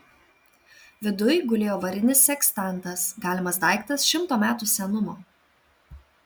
viduj gulėjo varinis sekstantas galimas daiktas šimto metų senumo